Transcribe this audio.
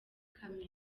kamena